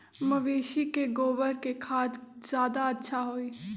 मवेसी के गोबर के खाद ज्यादा अच्छा होई?